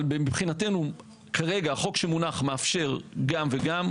אבל מבחינתו כרגע החוק שמונח מאפשר גם וגם.